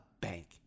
bank